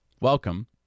Welcome